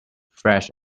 fresh